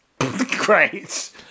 Great